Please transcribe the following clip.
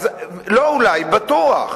לא אולי, בטוח.